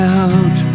out